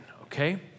okay